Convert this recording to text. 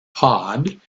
pod